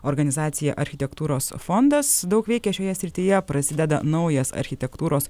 organizacija architektūros fondas daug veikia šioje srityje prasideda naujas architektūros